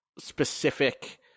specific